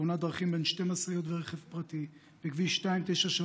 בתאונת דרכים בין שתי משאיות ורכב פרטי בכביש 293